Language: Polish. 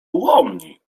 ułomni